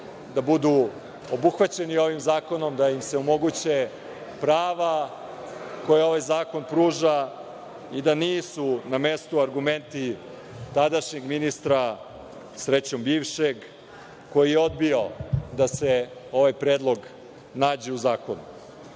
da budu obuhvaćeni ovim zakonom, da im se omoguće prava koja ovaj zakon pruža i da nisu na mestu argumenti tadašnjeg ministra, srećom bivšeg, koji je odbio da se ovaj predlog nađe u zakonu. Druga